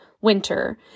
winter